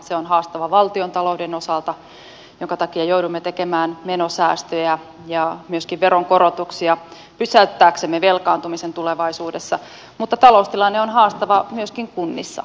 se on haastava valtiontalouden osalta minkä takia joudumme tekemään menosäästöjä ja myöskin veronkorotuksia pysäyttääksemme velkaantumisen tulevaisuudessa mutta taloustilanne on haastava myöskin kunnissa